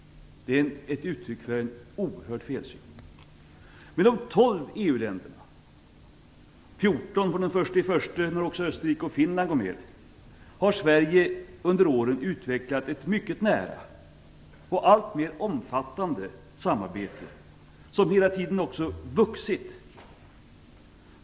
Detta är ett uttryck för en oerhörd felsyn. Med de 12 EU-länderna - 14 från den 1 januari när också Österrike och Finland går med - har Sverige under åren utvecklat ett mycket nära och alltmer omfattande samarbete som hela tiden också vuxit.